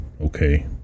okay